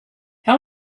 how